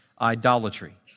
idolatry